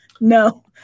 No